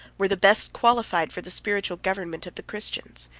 were the best qualified for the spiritual government of the christians.